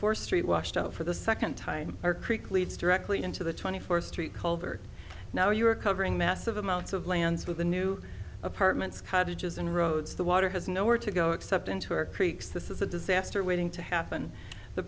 four straight washed out for the second time or creek leads directly into the twenty fourth street culvert now you are covering massive amounts of lands for the new apartments cottages and roads the water has nowhere to go except into our creeks this is a disaster waiting to happen the